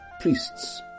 priests